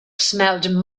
smelled